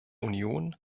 union